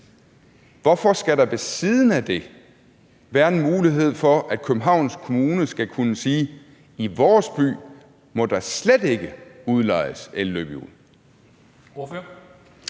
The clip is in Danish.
Hvorfor skal der ved siden af det være en mulighed for, at Københavns Kommune skal kunne sige: I vores by må der slet ikke udlejes elløbehjul?